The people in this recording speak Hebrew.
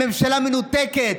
ממשלה מנותקת.